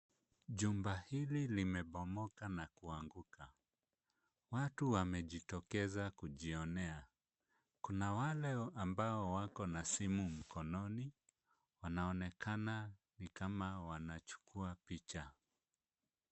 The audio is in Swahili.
Jumba hili limebomoka na kuanguka. Watu wamejitokeza kujionea. Kuna wale walio na simu mkononi, inaonekana ni kama wanachukua picha.